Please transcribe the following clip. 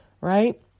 right